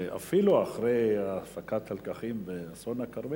שאפילו אחרי הפקת הלקחים באסון הכרמל